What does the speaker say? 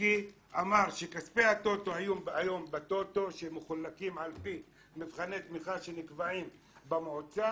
מיקי רוצה שכספי הטוטו שמחולקים על פי מבחני תמיכה שנקבעים במועצה,